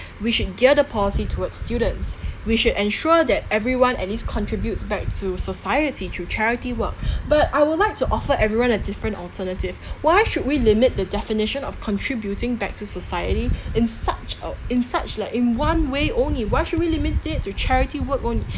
we should gear the policy towards students we should ensure that everyone at least contributes back to society through charity work but I would like to offer everyone a different alternative why should we limit the definition of contributing back to society in such a in such like in one way only why should we limit it to charity work only